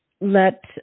let